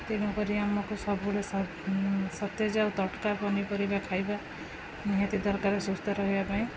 ତେଣୁକରି ଆମକୁ ସବୁବେଳେ ସତେଜ ଆଉ ତଟକା ପନିପରିବା ଖାଇବା ନିହାତି ଦରକାର ସୁସ୍ଥ ରହିବା ପାଇଁ